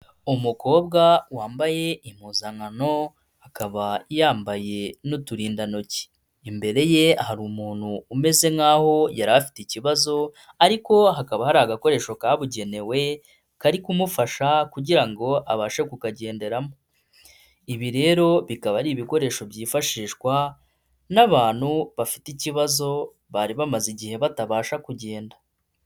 Umukobwa wambaye impuzankano akaba yambaye n'uturindantoki, imbere ye hari umuntu umeze nk'aho yar’afite ikibazo, ariko hakaba hari agakoresho kabugenewe kari kumufasha kugira ngo abashe kukagenderamo. Ibi rero bikaba ari ibikoresho byifashishwa n'abantu bafite ikibazo, bari bamaze igihe batabasha kugenda.